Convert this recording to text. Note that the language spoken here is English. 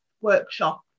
workshop